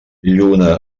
lluna